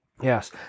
Yes